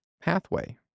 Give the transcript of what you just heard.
pathway